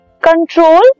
control